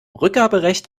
rückgaberecht